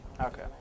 Okay